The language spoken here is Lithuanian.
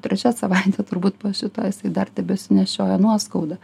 trečia savaitė turbūt po šito jisai dar tebesinešioja nuoskaudą